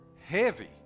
heavy